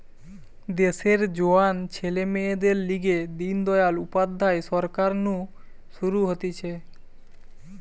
দেশের জোয়ান ছেলে মেয়েদের লিগে দিন দয়াল উপাধ্যায় সরকার নু শুরু হতিছে